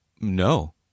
No